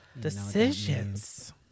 Decisions